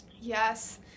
Yes